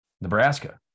Nebraska